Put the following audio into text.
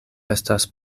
estas